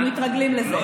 כי מתרגלים לזה.